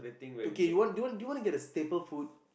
okay you want do you want do you want to get a stable food